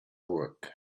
work